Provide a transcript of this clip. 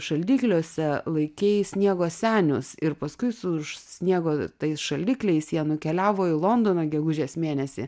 šaldikliuose laikei sniego senius ir paskui su sniego tais šaldikliais jie nukeliavo į londoną gegužės mėnesį